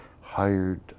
hired